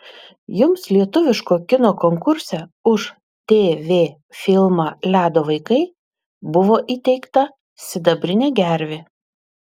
jums lietuviško kino konkurse už tv filmą ledo vaikai buvo įteikta sidabrinė gervė